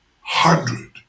hundred